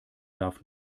darf